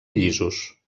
llisos